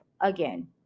again